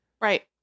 Right